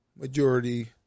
Majority